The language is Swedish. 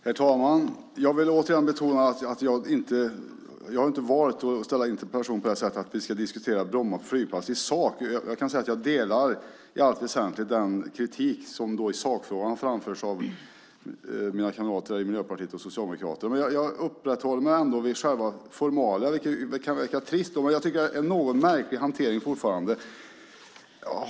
Herr talman! Jag vill återigen betona att jag inte har valt att ställa interpellationen på det sättet att vi ska diskutera Bromma flygplats i sak. Jag kan säga att jag i allt väsentligt delar den kritik i sakfrågan som har framförts av mina kamrater här i Miljöpartiet och Socialdemokraterna. Men jag uppehåller mig ändå vid formalia, vilket kan verka trist. Men jag tycker fortfarande att det är en något märklig hantering.